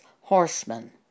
horsemen